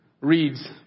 reads